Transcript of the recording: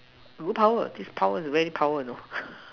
overpower this power is very power you know